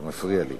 אתה מפריע לי.